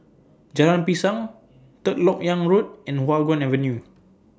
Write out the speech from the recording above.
Jalan Pisang Third Lok Yang Road and Hua Guan Avenue